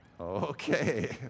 Okay